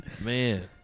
Man